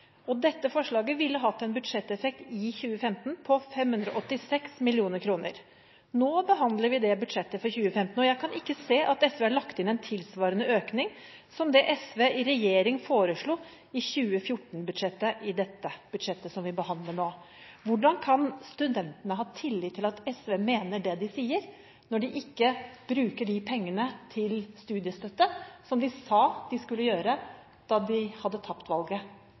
og dette forslaget ville hatt en budsjetteffekt i 2015 på 586 mill. kr. Nå behandler vi budsjettet for 2015, og jeg kan ikke se at SV har lagt inn en tilsvarende økning som det SV i regjering foreslo i 2014-budsjettet, i dette budsjettet som vi behandler nå. Hvordan kan studentene ha tillit til at SV mener det de sier, når de ikke bruker de pengene til studiestøtte som de sa de skulle gjøre, da de hadde tapt valget